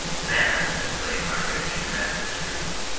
the man went to the slave market and commenced his scru tiny.